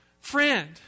Friend